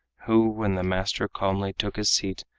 who, when the master calmly took his seat,